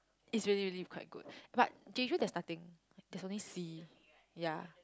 is really really quite good but Jeju there is nothing there is only sea ya